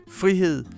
frihed